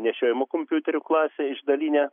nešiojamų kompiuterių klasę išdalinę